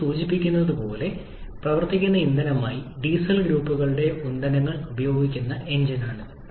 പേര് സൂചിപ്പിക്കുന്നത് പോലെ പ്രവർത്തിക്കുന്ന ഇന്ധനമായി ഡീസൽ ഗ്രൂപ്പുകളുടെ ഇന്ധനങ്ങൾ ഉപയോഗിക്കുന്ന എഞ്ചിനാണ് ഇത്